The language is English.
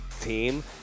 team